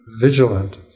vigilant